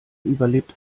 überlebt